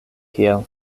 kiel